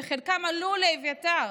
שחלקם עלו לאביתר,